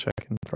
checking